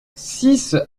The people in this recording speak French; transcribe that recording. six